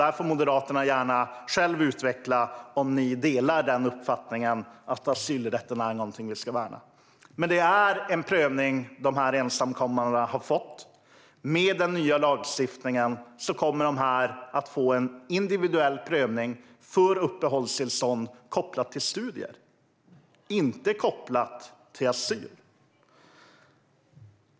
Där får Moderaterna gärna själva utveckla frågan om ni delar den uppfattningen - att asylrätten är någonting som vi ska värna. Men de ensamkommande har fått en prövning. Med den nya lagstiftningen kommer de att få en individuell prövning för uppehållstillstånd kopplad till studier, inte kopplad till asyl.